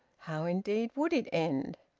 how indeed would it end?